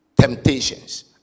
temptations